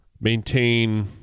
maintain